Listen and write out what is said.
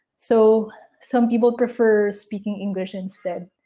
so some people prefer speaking english instead,